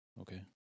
Okay